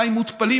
מים מותפלים,